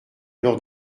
leur